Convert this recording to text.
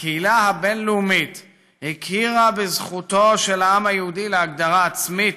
הקהילה הבין-לאומית הכירה בזכותו של העם היהודי להגדרה עצמית,